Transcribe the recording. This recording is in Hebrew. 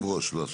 יושב ראש, לא שר.